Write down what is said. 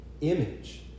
image